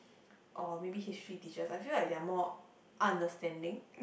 or maybe History teacher I feel like they are more understanding